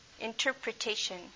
interpretation